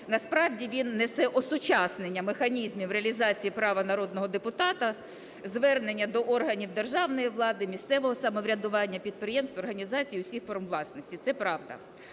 Насправдівін несе осучаснення механізмів реалізації права народного депутата звернення до органів державної влади, місцевого самоврядування, підприємств і організацій всіх форм власності. Це правда.